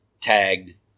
tagged